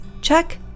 Check